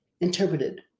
interpreted